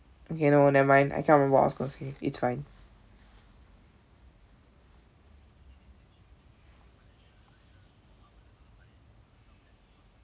okay no never mind I can't remember what I was going to say it's fine